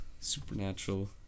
Supernatural